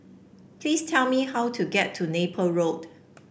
please tell me how to get to Napier Road